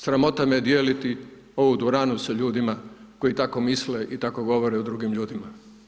Sramota me dijeliti ovu dvoranu sa ljudima koji tako misle i tako govore o drugim ljudima.